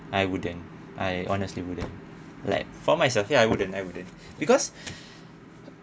I wouldn't I honestly wouldn't like for myself ya I wouldn't I wouldn't because